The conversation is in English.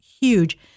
huge